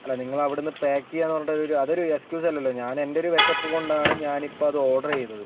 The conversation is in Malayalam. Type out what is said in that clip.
അല്ല നിങ്ങള് അവിടുന്ന് പാക്ക് ചെയ്യുക എന്ന് പറഞ്ഞിട്ട് അതൊരു എസ്ക്യൂസ് അല്ലല്ലോ ഞാൻ എൻ്റെ ഒരു വിശപ്പ് കൊണ്ടാണ് ഞാന് ഇപ്പം അത് ഓർഡർ ചെയ്തത്